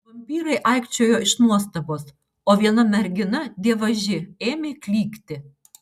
vampyrai aikčiojo iš nuostabos o viena mergina dievaži ėmė klykti